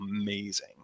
amazing